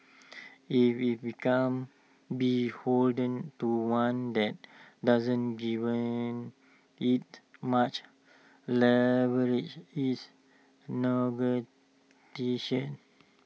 if IT becomes beholden to one that doesn't give IT much leverage is